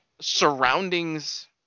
surroundings